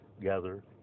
gather